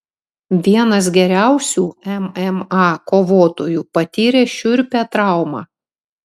vienas geriausių mma kovotojų patyrė šiurpią traumą